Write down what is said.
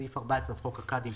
סעיף 14 לחוק הקאדים,